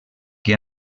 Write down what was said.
que